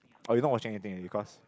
or you not watching anything already because